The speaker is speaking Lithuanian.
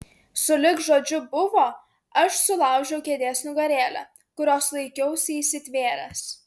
sulig žodžiu buvo aš sulaužiau kėdės nugarėlę kurios laikiausi įsitvėręs